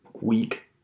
week